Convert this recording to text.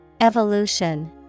Evolution